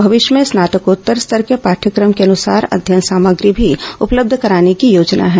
भविष्य में स्नातकोत्तर स्तर के पाठ्यक्रम के अनुसार अध्ययन सामग्री भी उपलब्ध कराने की योजना है